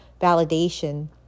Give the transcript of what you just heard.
validation